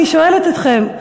אני שואלת אתכם,